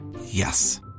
Yes